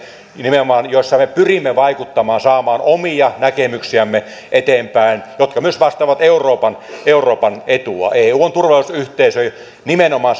joissa nimenomaan pyrimme vaikuttamaan ja saamaan eteenpäin omia näkemyksiämme jotka myös vastaavat euroopan euroopan etua eu on turvallisuusyhteisö nimenomaan